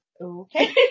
Okay